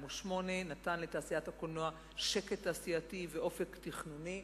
ונתן לתעשיית הקולנוע שקט תעשייתי ואופק תכנוני.